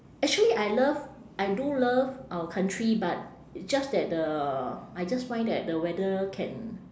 actually I love I do love our country but just that the I just find that the weather can